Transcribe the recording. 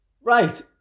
Right